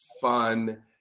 fun